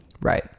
Right